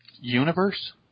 universe